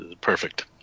perfect